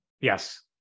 yes